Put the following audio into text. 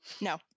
no